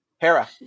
Hera